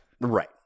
Right